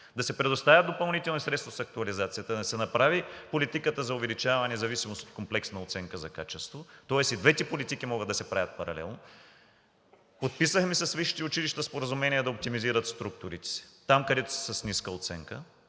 да се предоставят допълнителни средства с актуализацията, да се направи политиката за увеличаване в зависимост от комплексна оценка за качество – тоест и двете политики могат да се правят паралелно. Подписахме с висшите училища споразумения да оптимизират структурите си – там, където са с ниска оценка,